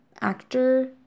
actor